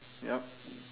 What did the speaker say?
yup